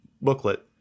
booklet